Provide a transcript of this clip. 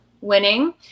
winning